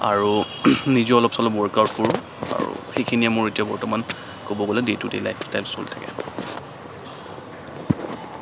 আৰু নিজেও অলপ চলপ ৱৰ্ক আউত কৰো সেইখিনিয়ে মোৰ এতিয়া বৰ্তমান ক'ব গ'লে day to day lifestyle চলি থাকে